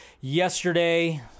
yesterday